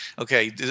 Okay